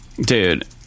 Dude